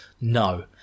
No